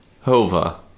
Hova